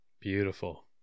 Beautiful